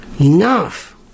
enough